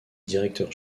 directeur